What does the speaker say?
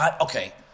Okay